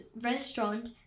restaurant